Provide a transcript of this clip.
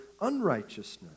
unrighteousness